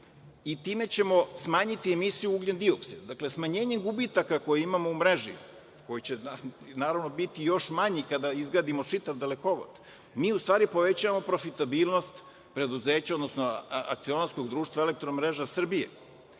i time ćemo smanjiti emisiju ugljendioksida. Dakle, smanjenjem gubitaka koje imamo u mreži, koji će naravno biti još manji kada izgradimo čitav dalekovod, mi u stvari povećavamo profitabilnost preduzeća, odnosno akcionarskog društva EMS. Zbog toga je